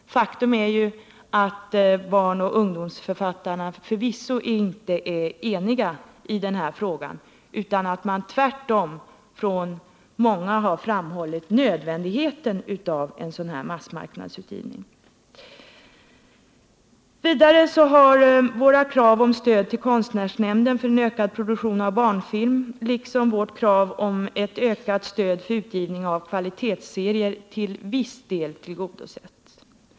Faktum är att barnoch ungdomsförfattarna förvisso inte är eniga i denna fråga; tvärtom har från många framhållits nödvändigheten av en sådan här massmarknadsutgivning. Vidare har våra krav om stöd till konstnärsnämnden för en ökad produktion av barnfilm liksom vårt krav om ett ökad stöd för utgivning av kvalitetsserier till viss del tillgodosetts.